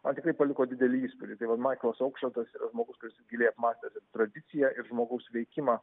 man tikrai paliko didelį įspūdį tai vat maiklas aukšetas žmogus kuris giliai apmąstęs tradiciją ir žmogaus veikimą